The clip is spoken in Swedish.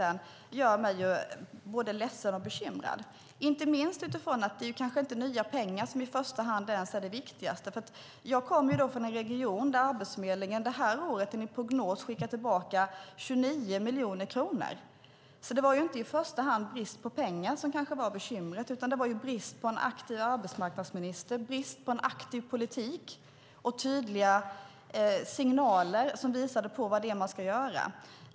Det gör mig både ledsen och bekymrad. Det är inte minst utifrån att det kanske inte är nya pengar som i första hand är det viktigaste. Jag kommer från en region där Arbetsförmedlingen det här året enligt prognos skickar tillbaka 29 miljoner kronor. Det var kanske inte i första hand brist på pengar som var bekymret, utan det var brist på en aktiv arbetsmarknadsminister, en aktiv politik och tydliga signaler som visade på vad man skulle göra.